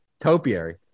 topiary